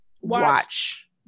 watch